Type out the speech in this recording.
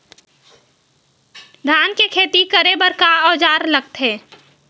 धान के खेती करे बर का औजार लगथे?